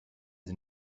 sie